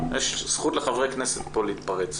יש זכות לחברי הכנסת להתפרץ.